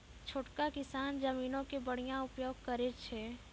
छोटका किसान जमीनो के बढ़िया उपयोग करै छै